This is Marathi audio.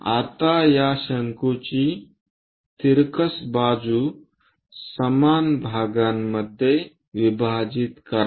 आता या शंकूची तिरकस बाजू समान भागामध्ये विभाजित करा